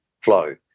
flow